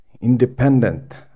independent